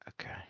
Okay